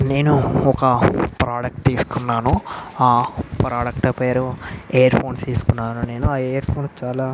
నేను ఒక పాడక్ట్ తీసుకున్నాను ఆ పాడక్ట్ పేరు ఇయర్ఫోన్స్ తీసుకున్నాను నేను ఆ ఇయర్ఫోన్స్ చాలా